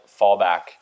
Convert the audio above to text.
fallback